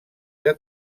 que